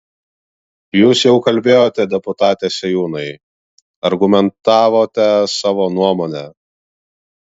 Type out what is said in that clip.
jūs jau kalbėjote deputate sėjūnai argumentavote savo nuomonę